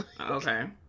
Okay